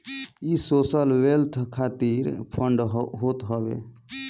इ social wealth खातिर fund होत हवे